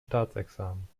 staatsexamen